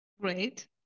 Great